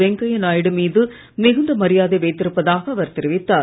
வெங்கையா நாயுடு மீது மிகுந்த மரியாதை வைத்திருப்பதாக அவர் தெரிவித்தார்